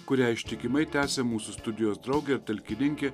kurią ištikimai tęsia mūsų studijos draugė ir talkininkė